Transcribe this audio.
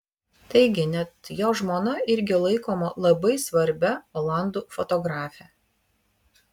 taigi net jo žmona irgi laikoma labai svarbia olandų fotografe